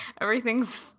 Everything's